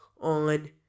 on